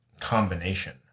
combination